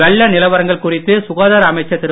வெள்ள நிலவரங்கள் குறித்து சுகாதார அமைச்சர் திரு